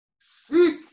Seek